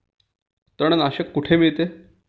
तणनाशक कुठे मिळते?